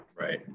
Right